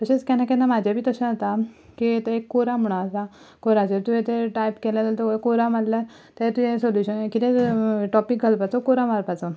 तशेंच केन्ना केन्ना म्हजें बी कशें जाता की तें कोरा म्हणून आसा कोराचेर तुवें तें टायप केलें जाल्यार कोरा मारल्यार तें तुवें सोल्यूशन कितें टॉपीक घालपाचो कोरा मारपाचो